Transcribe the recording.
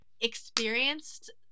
experienced